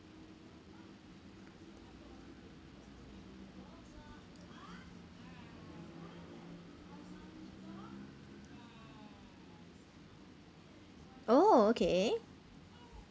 oh okay